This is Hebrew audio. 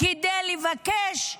כדי לבקש.